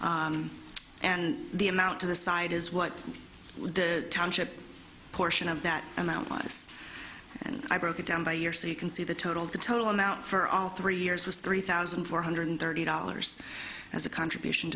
sold and the amount to the side is what the township portion of that amount was and i broke it down by year so you can see the total the total amount for all three years was three thousand four hundred thirty dollars as a contribution